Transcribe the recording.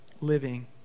living